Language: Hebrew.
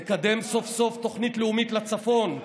נקדם סוף-סוף תוכנית לאומית לצפון,